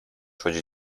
chodzić